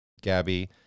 Gabby